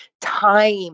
time